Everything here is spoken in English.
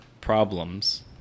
problems